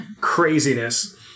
craziness